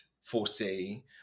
foresee